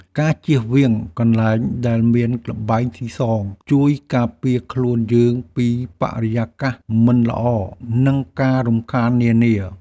ការជៀសវាងកន្លែងដែលមានល្បែងស៊ីសងជួយការពារខ្លួនយើងពីបរិយាកាសមិនល្អ និងការរំខាននានា។